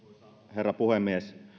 herra puhemies